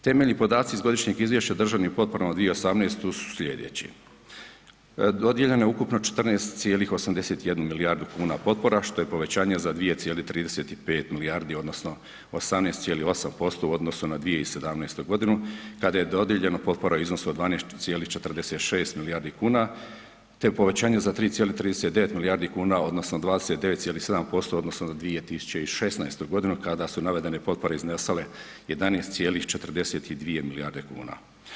Temeljni podaci iz Godišnjeg izvješća o državnim potporama za 2018. su sljedeći: dodijeljeno je ukupno 14,81 milijardu kuna potpora što je povećanje za 2,35 milijardi odnosno 18,8% u odnosu na 2017. godinu kada je dodijeljeno potpora u iznosu od 12,46 milijardi kuna te povećanje za 3,39 milijardi kuna odnosno 29,7% u odnosu na 2016. godinu kada su navedene potpore iznosile 11,42 milijarde kuna.